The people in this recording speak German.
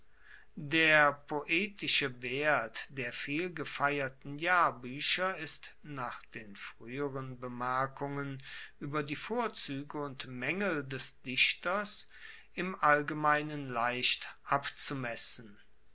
der poetische wert der vielgefeierten jahrbuecher ist nach den frueheren bemerkungen ueber die vorzuege und maengel des dichters im allgemeinen leicht abzumessen